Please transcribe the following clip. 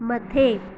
मथे